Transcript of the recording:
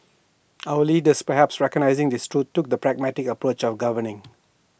our leaders perhaps recognising this truth took the pragmatic approach of governing